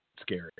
scary